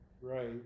right